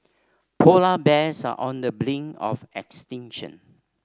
polar bears are on the brink of extinction